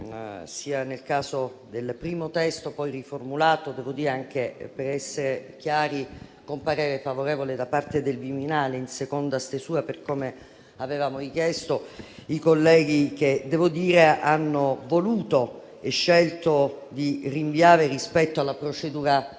presentato, il primo testo, poi riformulato, devo dire anche, per essere chiari, con parere favorevole da parte del Viminale sulla seconda stesura, per come avevamo richiesto. I colleghi hanno voluto e scelto di rinviare rispetto alla procedura